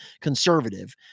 conservative